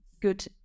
good